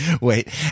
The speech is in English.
wait